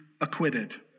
acquitted